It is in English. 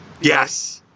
yes